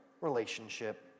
relationship